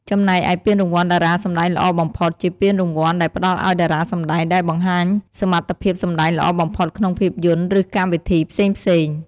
ចំណែកឯពានរង្វាន់តារាសម្តែងល្អបំផុត ជាពានរង្វាន់ដែលផ្តល់ឲ្យតារាសម្តែងដែលបង្ហាញសមត្ថភាពសម្តែងល្អបំផុតក្នុងភាពយន្ត ឬកម្មវិធីផ្សេងៗ។